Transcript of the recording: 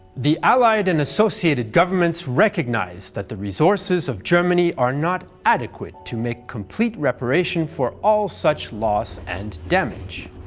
the allied and associated governments recognise that the resources of germany are not adequate to make complete reparation for all such loss and damage.